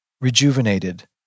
Rejuvenated